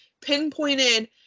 pinpointed